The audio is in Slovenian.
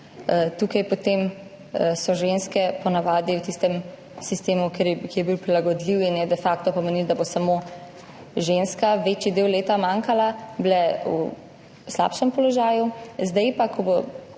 bile potem ženske po navadi v tistem sistemu, ki je bil prilagodljiv in je de facto pomenilo, da bo samo ženska manjkala večji del leta, bile so v slabšem položaju, zdaj pa, ko bodo